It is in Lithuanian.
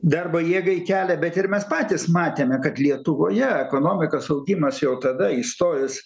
darbo jėgai kelią bet ir mes patys matėme kad lietuvoje ekonomikos augimas jau tada įstojus